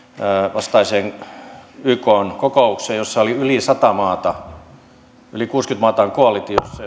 vastaiseen ykn kokoukseen jossa oli yli sata maata yli kuusikymmentä maata on koalitiossa